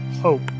hope